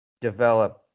Develop